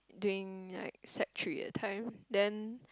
during like sec three that time then